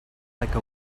like